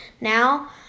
now